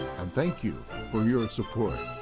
and thank you for your and support.